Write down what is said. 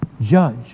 judge